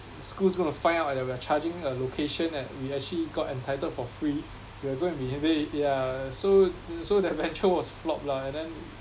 school's gonna find out that we are charging a location that we actually got entitled for free we are gonna be headache yeah so so that venture was flop lah and then